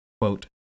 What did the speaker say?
quote